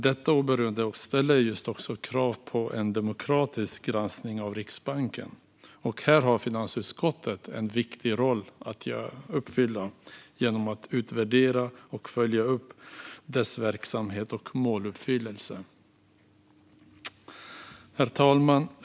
Detta oberoende ställer också krav på en demokratisk granskning av Riksbanken, och här har finansutskottet en viktig roll att fylla genom att utvärdera och följa upp Riksbankens verksamhet och måluppfyllelse. Herr talman!